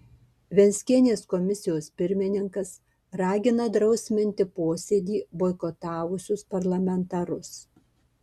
venckienės komisijos pirmininkas ragina drausminti posėdį boikotavusius parlamentarus